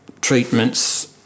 treatments